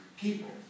people